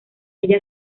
ella